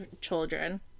children